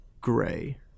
gray